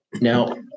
Now